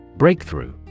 Breakthrough